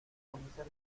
ulises